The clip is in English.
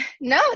no